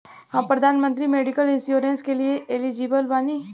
हम प्रधानमंत्री medical insurance के लिए एलिजिबल बानी?